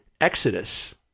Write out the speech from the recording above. Exodus